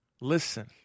Listen